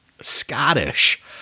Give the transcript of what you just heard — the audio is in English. Scottish